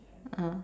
ah